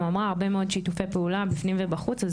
אמרה עשינו הרבה מאוד שיתופי פעולה בפנים ובחוץ.